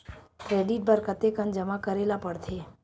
Credit बर कतेकन जमा करे ल पड़थे?